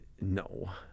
No